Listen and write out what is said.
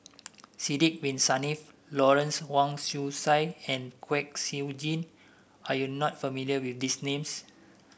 Sidek Bin Saniff Lawrence Wong Shyun Tsai and Kwek Siew Jin are you not familiar with these names